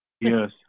Yes